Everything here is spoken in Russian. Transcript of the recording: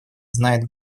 знает